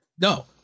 No